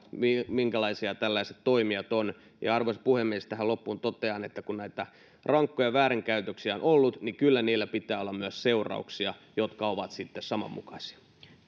minkälaisia tällaiset toimijat ovat arvoisa puhemies tähän loppuun totean että kun näitä rankkoja väärinkäytöksiä on ollut niin kyllä niillä pitää olla myös seurauksia jotka ovat sitten samanmukaisia